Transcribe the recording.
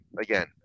again